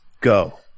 go